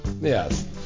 Yes